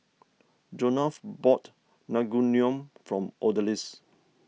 Jonah bought Naengmyeon for Odalys